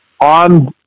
on